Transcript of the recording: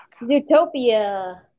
Zootopia